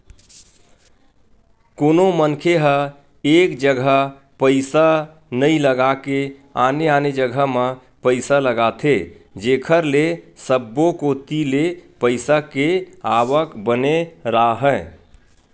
कोनो मनखे ह एक जघा पइसा नइ लगा के आने आने जघा म पइसा लगाथे जेखर ले सब्बो कोती ले पइसा के आवक बने राहय